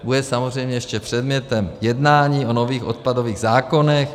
Bude samozřejmě ještě předmětem jednání o nových odpadových zákonech.